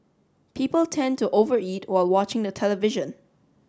people tend to over eat while watching the television